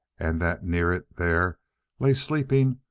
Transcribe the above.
and that near it there lay sleeping,